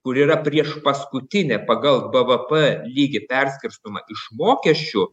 kur yra priešpaskutinė pagal bvp lygį perskirstomą iš mokesčių